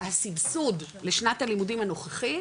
הסבסוד לשנת הלימודים הנוכחית,